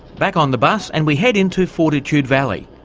back on the bus and we head into fortitude valley,